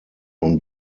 und